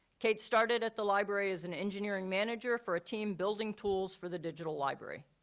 kate started at the library as an engineering manager for team building tools for the digital library.